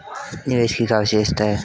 निवेश की क्या विशेषता है?